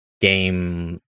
game